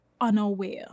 unaware